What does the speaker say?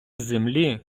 землі